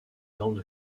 normes